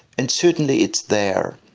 and certainly it's there,